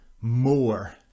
more